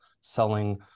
selling